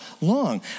long